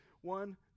One